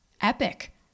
epic